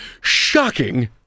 Shocking